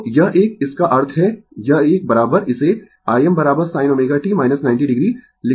तो यह एक इसका अर्थ है यह एक इसे Imsin ω t 90 o लिखा जा सकता है